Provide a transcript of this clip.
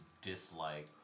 dislike